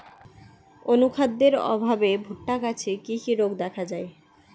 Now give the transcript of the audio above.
অনুখাদ্যের অভাবে ভুট্টা গাছে কি কি রোগ দেখা যায়?